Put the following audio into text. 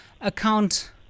account